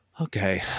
Okay